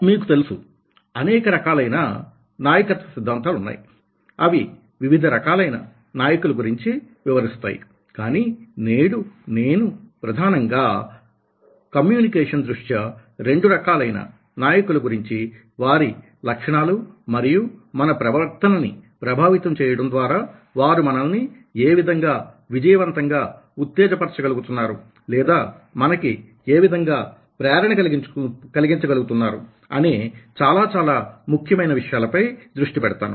మీకు తెలుసు అనేకరకాలైన నాయకత్వ సిద్ధాంతాలు ఉన్నాయి అవి వివిధ రకాలైన నాయకుల గురించి వివరిస్తాయి కానీ నేడు నేను ప్రధానంగా కమ్యూనికేషన్ దృష్ట్యా రెండు రకాలైన నాయకుల గురించి వారి లక్షణాలు మరియు మన ప్రవర్తనని ప్రభావితం చేయడం ద్వారా వారు మనల్ని ఏ విధంగా విజయవంతంగా ఉత్తేజపరచగలుగుతున్నారు లేదా మనకి ఏ విధంగా ప్రేరణ కలిగించగలుగుతున్నారు అనే చాలా చాలా ముఖ్యమైన విషయాలపై దృష్టి పెడతాను